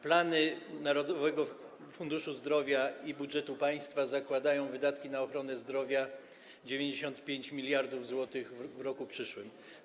Plany Narodowego Funduszu Zdrowia i budżetu państwa zakładają wydatki na ochronę zdrowia 95 mld zł w przyszłym roku.